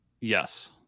yes